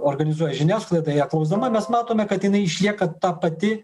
organizuoja žiniasklaida ją klausdama mes matome kad jinai išlieka ta pati